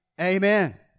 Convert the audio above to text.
Amen